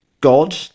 god